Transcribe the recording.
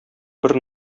бер